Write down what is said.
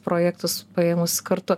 projektus paėmus kartu